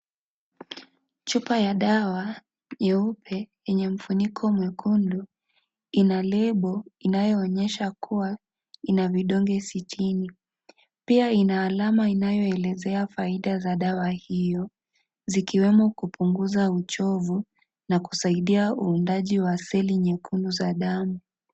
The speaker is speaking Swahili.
Chupa ya dawa nyeupe yenye mfuniko mwekundu ina lebo inayoonyesha kuwa ina vidonge 60. Pia ina alama inayoelezea faida za dawa hio zikiwemo kupunguza uchovu na kusaidia uundaji wa seli nyekundu za damu.